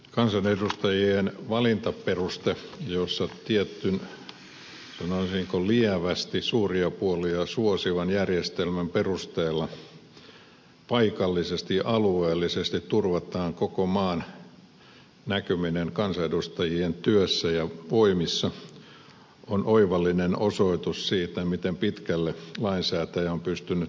kansanedustajien valintaperuste jossa tietyn sanoisinko lievästi suuria puolueita suosivan järjestelmän perusteella paikallisesti ja alueellisesti turvataan koko maan näkyminen kansanedustajien työssä ja voimissa on oivallinen osoitus siitä miten pitkälle lainsäätäjä on pystynyt pohtimaan